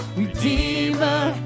redeemer